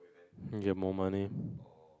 you get more money